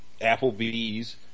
Applebee's